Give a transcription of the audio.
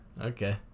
Okay